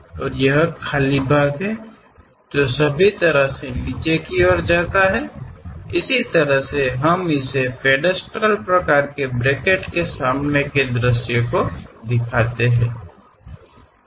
और यह खाली भाग है जो सभी तरह से नीचे की और जाता है इस तरह से हम इस पेद्स्त्रल प्रकार के ब्रैकेट के सामने के दृश्य को दिखाते हैं